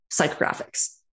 psychographics